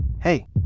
hey